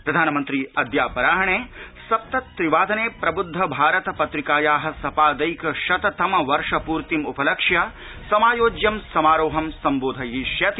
प्रधानमन्त्री अद्यापराह्ने सपाद त्रि वादने प्रबुद्ध भारत पत्रिकायाः सपादैकशततम वर्षपूर्त्तिम् उपलक्ष्य समायोज्यं समारोहं संबोधयिष्यति